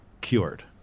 cured